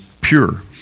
pure